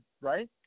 right